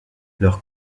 leur